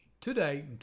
today